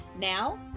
Now